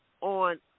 on